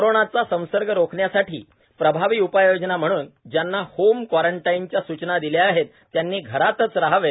कोरोनाचा संसर्ग रोखण्यासाठी प्रभावी उपाययोजना म्हणून ज्यांना होम क्वारंटाईनच्या सुचना दिल्या आहेत त्यांनी घरातच रहावे